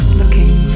looking